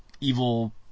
evil